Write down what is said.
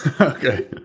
Okay